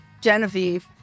Genevieve